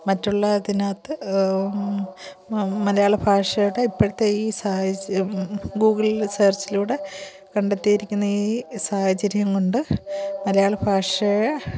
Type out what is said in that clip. മറ്റുള്ള അതിനകത്ത് മലയാളഭാഷയുടെ ഇപ്പോഴത്തെ ഈ സാഹചര്യം ഗൂഗിളിൽ സെർച്ചിലൂടെ കണ്ടെത്തിയിരിക്കുന്ന ഈ സാഹചര്യംകൊണ്ട് മലയാളഭാഷയെ